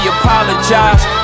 apologize